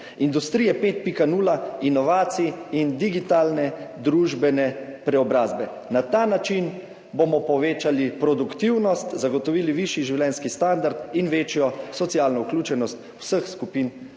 industrije 5.0, inovacij in digitalne družbene preobrazbe. Na ta način bomo povečali produktivnost, zagotovili višji življenjski standard in večjo socialno vključenost vseh skupin